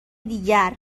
دیگر